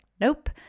nope